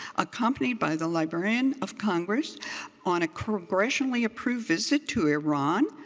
accompanied by the librarian of congress on a congressionally-approved visit to iran,